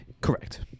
Correct